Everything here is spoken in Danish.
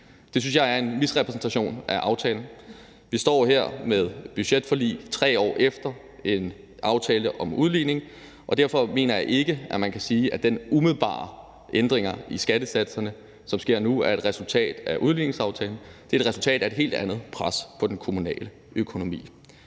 jeg er en misrepræsentation af aftalen. Vi står her med et budgetforlig 3 år efter en aftale om udligning, og derfor mener jeg ikke, at man kan sige, at de umiddelbare ændringer i skattesatserne, som sker nu, er et resultat af udligningsaftalen; de er et resultat af et helt andet pres på den kommunale økonomi.